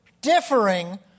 differing